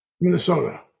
Minnesota